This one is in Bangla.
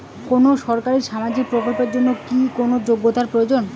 কোনো সরকারি সামাজিক প্রকল্পের জন্য কি কোনো যোগ্যতার প্রয়োজন?